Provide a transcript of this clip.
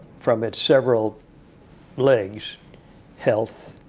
from its several legs health,